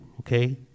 Okay